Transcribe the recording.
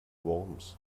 worms